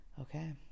Okay